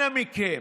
אנא מכם,